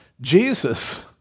Jesus